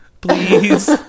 Please